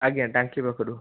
ଆଜ୍ଞା ଟାଙ୍କି ପାଖରୁ